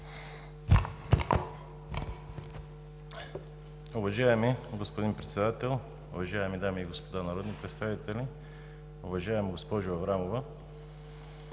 Уважаеми господин Председател, уважаеми дами и господа народни представители! Уважаема госпожо Аврамова,